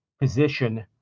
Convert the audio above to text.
position